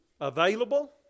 available